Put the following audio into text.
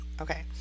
Okay